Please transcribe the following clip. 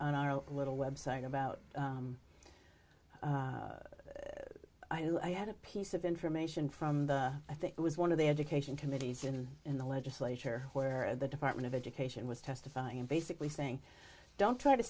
on our little website about i knew i had a piece of information from i think it was one of the education committees and in the legislature where the department of education was testifying basically saying don't try to